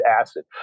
acid